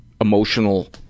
emotional